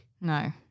No